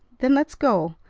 then let's go.